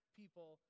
people